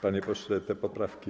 Panie pośle, a te poprawki?